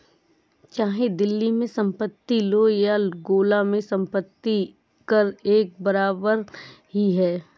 चाहे दिल्ली में संपत्ति लो या गोला में संपत्ति कर एक बराबर ही है